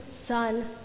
son